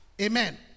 Amen